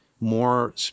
more